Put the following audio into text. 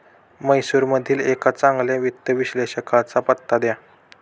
म्हैसूरमधील एका चांगल्या वित्त विश्लेषकाचा पत्ता द्या